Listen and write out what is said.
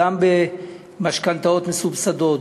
גם במשכנתאות מסובסדות,